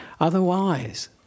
Otherwise